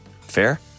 Fair